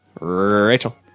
Rachel